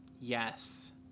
Yes